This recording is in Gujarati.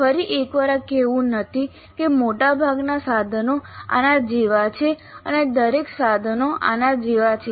ફરી એકવાર આ કહેવું નથી કે મોટાભાગના સાધનો આના જેવા છે અથવા દરેક સાધનો આના જેવા છે